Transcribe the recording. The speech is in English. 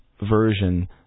version